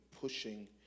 pushing